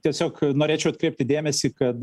tiesiog norėčiau atkreipti dėmesį kad